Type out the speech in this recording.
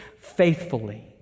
faithfully